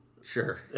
Sure